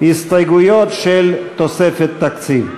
הסתייגויות של תוספת תקציב.